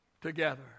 together